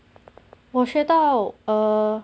我学到 err